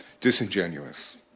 disingenuous